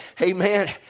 Amen